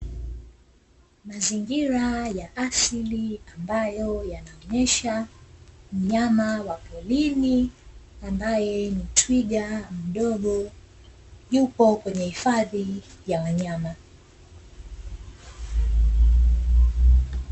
Mazingira ya asili ambayo yanaonyesha mnyama wa porini ambaye ni twiga mdogo yupo kwenye hifadhi ya wanyama.